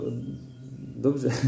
Dobře